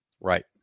right